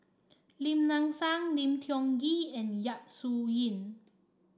Lim Nang Seng Lim Tiong Ghee and Yap Su Yin